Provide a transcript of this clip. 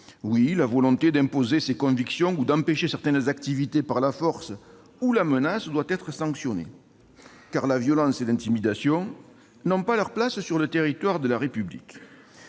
Oui, la volonté d'imposer ses convictions ou d'empêcher certaines activités par la force ou la menace doit être sanctionnée. Car la violence et l'intimidation n'ont pas leur place sur le territoire de la République.